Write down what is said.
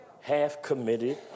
half-committed